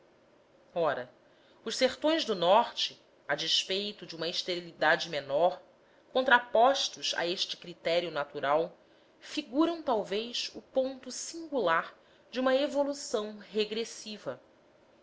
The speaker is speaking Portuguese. ora os sertões do norte a despeito de uma esterilidade menor contrapostos a este critério natural figuram talvez o ponto singular de uma evolução regressiva